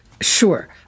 Sure